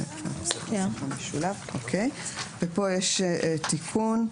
פה יש תיקון.